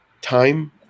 time